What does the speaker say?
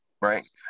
Right